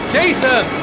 Jason